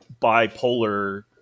bipolar